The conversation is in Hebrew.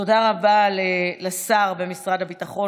תודה רבה לשר במשרד הביטחון.